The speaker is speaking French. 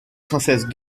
princesse